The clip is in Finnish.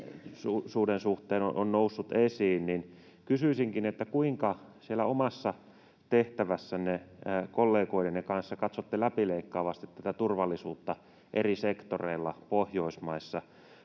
suhteen on noussut esiin, niin kysyisinkin: kuinka omassa tehtävässänne, kollegoidenne kanssa, katsotte läpileikkaavasti turvallisuutta eri sektoreilla Pohjoismaissa